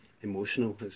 emotional